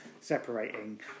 separating